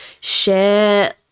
share